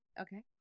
Okay